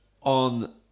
on